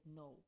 no